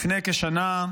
לפני כשנה,